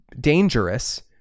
dangerous